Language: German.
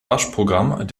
waschprogramm